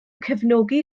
cefnogi